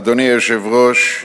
אדוני היושב-ראש,